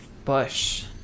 Bush